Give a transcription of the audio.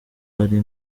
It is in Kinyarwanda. ari